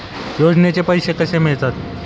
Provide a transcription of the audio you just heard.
योजनेचे पैसे कसे मिळतात?